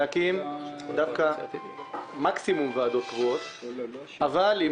להקים דווקא מקסימום ועדות קבועות אבל עם